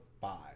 five